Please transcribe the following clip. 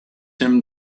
him